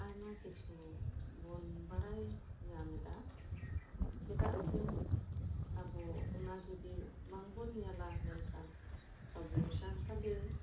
ᱟᱭᱢᱟ ᱠᱤᱪᱷᱩ ᱵᱚᱱ ᱵᱟᱲᱟᱭ ᱧᱟᱢ ᱮᱫᱟ ᱪᱮᱫᱟᱜ ᱥᱮ ᱟᱵᱚ ᱚᱱᱟ ᱡᱩᱫᱤ ᱵᱟᱝᱵᱚᱱ ᱧᱮᱞᱟ ᱱᱚᱝᱠᱟ ᱟᱵᱚ ᱥᱟᱱᱛᱟᱞᱤ